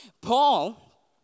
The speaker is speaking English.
Paul